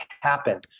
happen